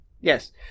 Yes